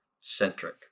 centric